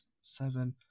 seven